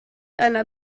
einer